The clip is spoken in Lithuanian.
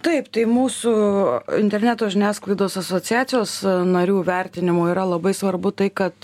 taip tai mūsų interneto žiniasklaidos asociacijos narių vertinimu yra labai svarbu tai kad